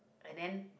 and then